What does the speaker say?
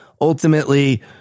ultimately